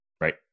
right